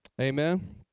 Amen